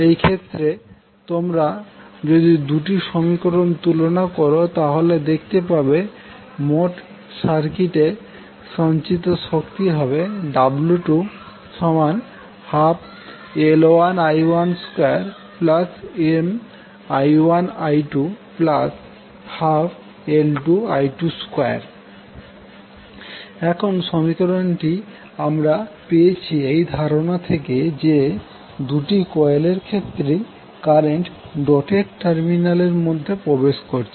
এই ক্ষেত্রে তোমরা যদি দুটি সমীকরণ তুলনা করো তাহলে দেখতে পাবে মোট সার্কিটে সঞ্চিত শক্তি হবে w12L1I12MI1I212L2I22 এখন সমীকরণটি আমরা পেয়েছি এই ধারণা থেকে যে দুটি কোয়েলের ক্ষেত্রেই কারেন্ট ডটেড টার্মিনাল এর মধ্যে প্রবেশ করছে